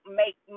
make